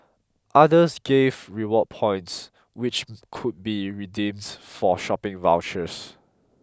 others gave rewards points which could be redeemed for shopping vouchers